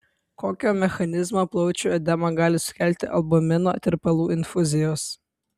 kokio mechanizmo plaučių edemą gali sukelti albumino tirpalų infuzijos